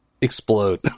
explode